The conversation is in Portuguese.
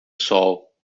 sol